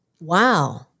Wow